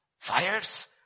fires